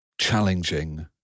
challenging